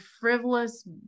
frivolous